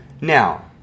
Now